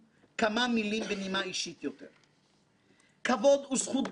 אישרה פה אחד את הקמת ועדת החקירה הפרלמנטרית